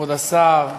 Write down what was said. כבוד השר,